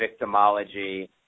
victimology